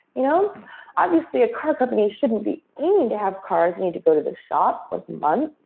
you know obviously, a car company shouldn't be aiming to have cars need to go to the shop once a month,